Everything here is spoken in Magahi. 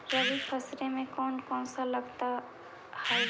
रबी फैसले मे कोन कोन सा लगता हाइय?